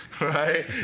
right